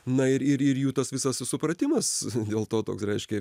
na ir ir ir jų tas visas supratimas dėl to toks reiškia